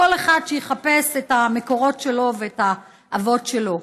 כל אחד שיחפש את המקורות שלו ואת האבות שלו.